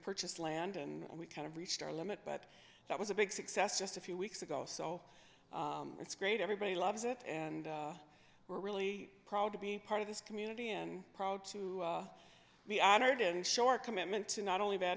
purchased land and we kind of reached our limit but that was a big success just a few weeks ago so it's great everybody loves it and we're really proud to be part of this community and proud to be honored in short commitment to not only b